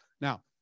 Now